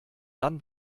dann